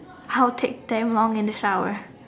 I will damn long in the shower